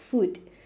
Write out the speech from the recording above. food